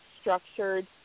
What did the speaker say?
structured